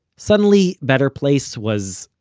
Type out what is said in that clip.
suddenly better place was,